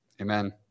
Amen